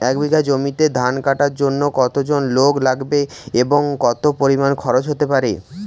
এক বিঘা জমিতে ধান কাটার জন্য কতজন লোক লাগবে এবং কত পরিমান খরচ হতে পারে?